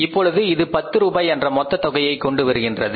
இப்பொழுது இது பத்து ரூபாய் என்ற மொத்த தொகையை கொண்டு வருகின்றது